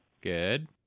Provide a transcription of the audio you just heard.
Good